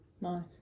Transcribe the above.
Nice